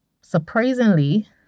surprisingly